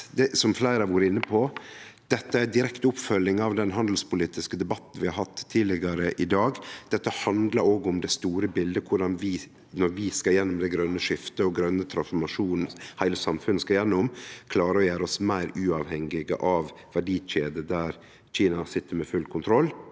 som fleire har vore inne på, at dette er ei direkte oppfølging av den handelspolitiske debatten vi har hatt tidlegare i dag. Dette handlar også om det store bildet – korleis vi, når vi skal gjennom det grøne skiftet og grøn transformasjon, som heile samfunnet skal gjennom, klarer å gjere oss meir uavhengige av verdikjeder der Kina sit med full kontroll.